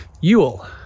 yule